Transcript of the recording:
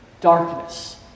darkness